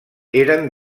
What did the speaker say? eren